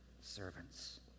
servants